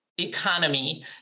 economy